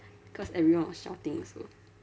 cause everyone was shouting also